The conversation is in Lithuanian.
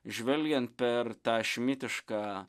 žvelgiant per tą šmitišką